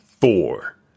four